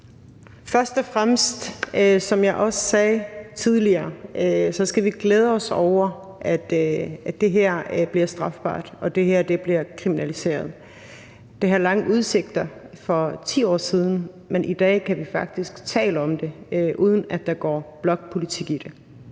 Først og fremmest skal vi, som jeg også sagde tidligere, glæde os over, at det her bliver strafbart, og at det bliver kriminaliseret. Det havde lange udsigter for 10 år siden, men i dag kan vi faktisk tale om det, uden at der går blokpolitik i det.